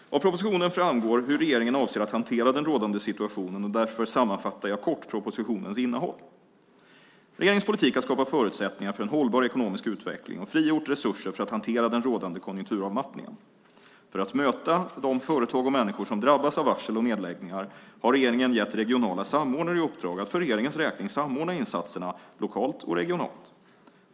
Av propositionen framgår hur regeringen avser att hantera den rådande situationen, och därför sammanfattar jag kort propositionens innehåll. Regeringens politik har skapat förutsättningar för en hållbar ekonomisk utveckling och frigjort resurser för att hantera den rådande konjunkturavmattningen. För att möta de företag och människor som drabbas av varsel och nedläggningar har regeringen gett regionala samordnare i uppdrag att för regeringens räkning samordna insatserna lokalt och regionalt.